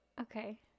Okay